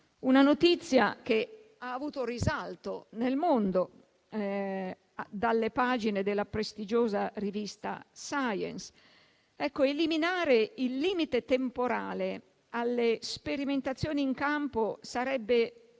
una notizia che ha avuto risalto nel mondo dalle pagine della prestigiosa rivista «Science». Eliminare il limite temporale alle sperimentazioni in campo sarebbe vitale,